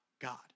God